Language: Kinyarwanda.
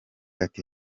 ati